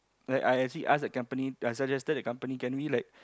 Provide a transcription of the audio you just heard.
like I actually ask the company plus suggested the company like can we